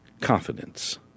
confidence